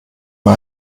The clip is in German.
mir